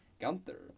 Gunther